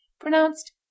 pronounced